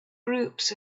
groups